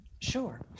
Sure